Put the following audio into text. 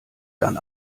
dann